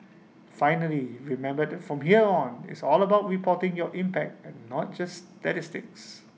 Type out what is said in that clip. finally remember that from here on it's all about reporting your impact and not just statistics